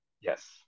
Yes